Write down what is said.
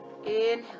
Inhale